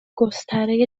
گستره